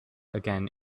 again